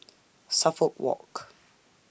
Suffolk Walk